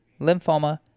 lymphoma